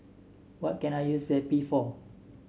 what can I use Zappy for